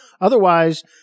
Otherwise